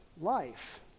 life